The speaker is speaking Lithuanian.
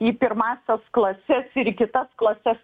į pirmąsias klases ir į kitas klases